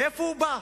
מאיפה הוא בא?